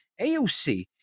AOC